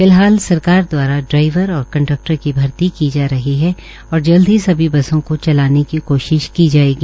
फिलहाल सरकार द्वारा ड्राईवर और कंडकटर की भर्ती की जा रही है और जल्द ही सभी बसों को चलाने की कोशिश की जायेगी